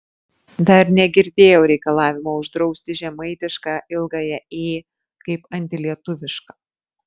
dar negirdėjau reikalavimo uždrausti žemaitišką ilgąją ė kaip antilietuvišką